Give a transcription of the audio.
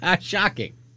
Shocking